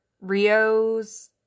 Rio's